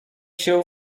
się